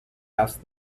asked